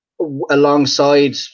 alongside